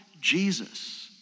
Jesus